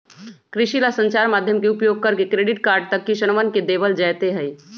कृषि ला संचार माध्यम के उपयोग करके क्रेडिट कार्ड तक किसनवन के देवल जयते हई